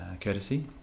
courtesy